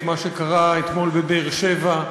את מה שקרה אתמול בבאר-שבע.